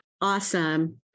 Awesome